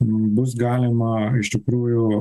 bus galima iš tikrųjų